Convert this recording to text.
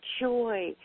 joy